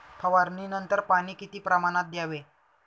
फवारणीनंतर पाणी किती प्रमाणात द्यावे?